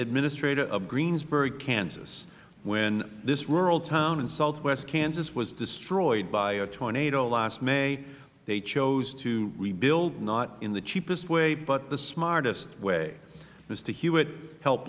administrator of greensburg kansas when this rural town in southwest kansas was destroyed by a tornado last may they chose to rebuild not in the cheapest way but the smartest way mister hewitt help